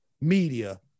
media